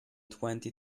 twenty